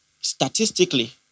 statistically